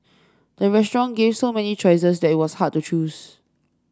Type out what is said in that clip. the restaurant gave so many choices that was hard to choose